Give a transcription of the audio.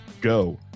go